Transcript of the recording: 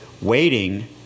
waiting